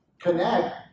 connect